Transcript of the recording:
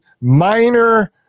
minor